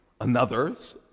another's